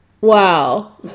Wow